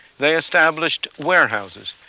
they established warehouses,